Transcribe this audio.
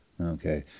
Okay